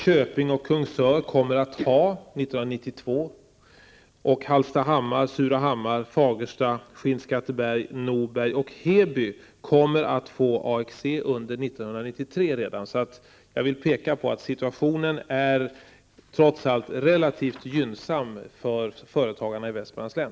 Köping och Kungsör kommer att ha sådana redan Skinnskatteberg, Norberg och Heby kommer att få AXE redan under 1993. Jag vill peka på att situationen trots allt är relativt gynnsam för företagarna i Västmanlands län.